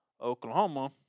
Oklahoma